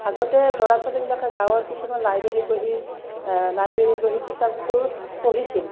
আগতে ল'ৰা ছোৱালীবিলাকে গাঁৱত কিছুমান লাইব্ৰেৰীত বহি লাইব্ৰেৰীত বহি কিতাপবোৰ পঢ়িছিল